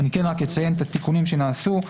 אני רק אציין את התיקונים שנעשו.